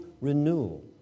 renewal